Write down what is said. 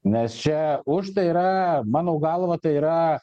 nes čia už tai yra mano galva tai yra